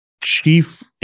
chief